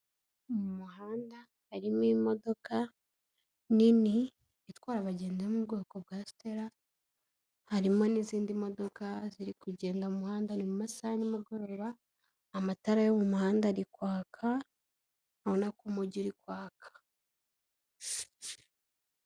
Mu muhanda harimo imodoka nini itwara abagenzi yo mu bwoko bwa Sitela, harimo n'izindi modoka ziri kugenda mu muhanda, ni mu masaha ya n'imugoroba, amatara yo mu muhanda ari kwaka, urabona ko umujyi uri kwaka.